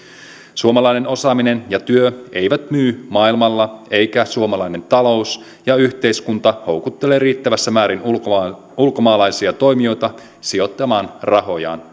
suomalainen osaaminen ja työ eivät myy maailmalla eivätkä suomalainen talous ja yhteiskunta houkuttele riittävässä määrin ulkomaalaisia toimijoita sijoittamaan rahojaan